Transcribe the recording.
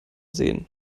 sehen